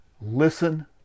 listen